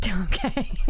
Okay